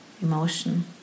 emotion